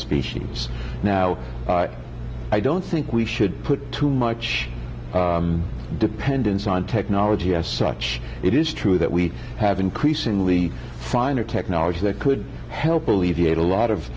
species now i don't think we should put too much dependence on technology as such it is true that we have increasingly finer technology that could help alleviate a lot of